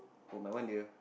oh my one dear